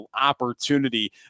opportunity